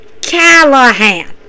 Callahan